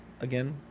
again